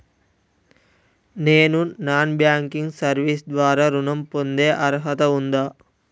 నేను non banking service ద్వారా ఋణం పొందే అర్హత ఉందా?